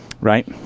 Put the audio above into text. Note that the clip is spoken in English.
right